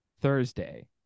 Thursday